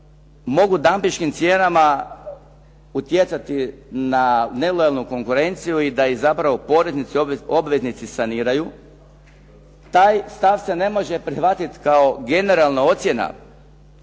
razumije./… cijenama utjecati na nelojalnu konkurenciju i da ih zapravo poreznici, obveznici saniraju. Taj stav se ne može prihvatiti kao generalna ocjena